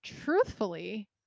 truthfully